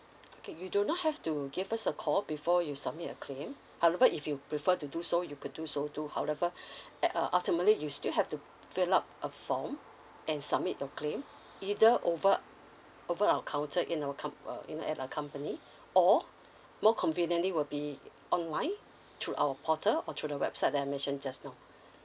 okay you do not have to give us a call before you submit your claim however if you prefer to do so you could do so to however at uh ultimately you still have to fill up a form and submit your claim either over over our counter in our com~ uh in at our company or more conveniently will be online through our portal or through the website that I mentioned just now